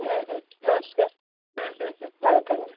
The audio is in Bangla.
হুম হুম নমস্কার হুম হুম হুম ভালো থাকবেন